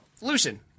Lucian